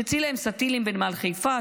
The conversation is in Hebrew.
שצילם סטי"לים בנמל חיפה,